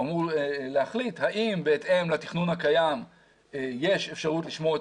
הוא אמור להחליט האם בהתאם לתכנון הקיים יש אפשרות לשמור את